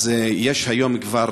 אז היום כבר,